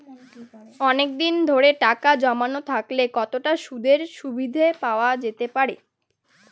অনেকদিন ধরে টাকা জমানো থাকলে কতটা সুদের সুবিধে পাওয়া যেতে পারে?